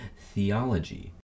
Theology